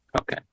Okay